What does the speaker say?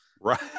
right